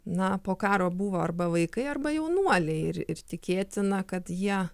na po karo buvo arba vaikai arba jaunuoliai ir ir tikėtina kad jie